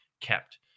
kept